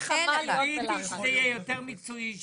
קיוויתי שזה יהיה יותר מקצועי,